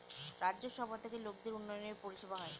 রাজ্য সভা থেকে লোকদের উন্নয়নের পরিষেবা হয়